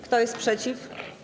Kto jest przeciw?